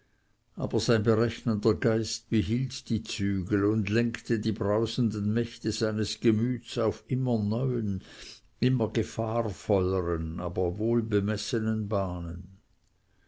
aber sein berechnender geist behielt die zügel und lenkte die brausenden mächte seines gemüts auf immer neuen immer gefahrvolleren aber wohlbemessenen bahnen